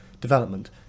development